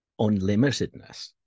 unlimitedness